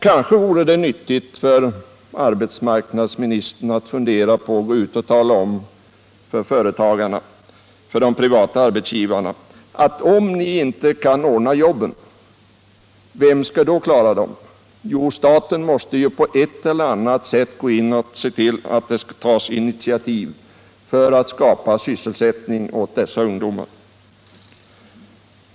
Kanske vore det också nyttigt om arbetsmarknadsministern funderade på detta och sedan gick ut till de privata arbetsgivarna och sade: Om ni inte kan ordna jobben, vem skall då klara dem? Ja, staten måste förstås då på ett eller annat sätt gå in och ta initiativ för att skapa sysselsättning åt dessa ungdomar.